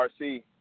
rc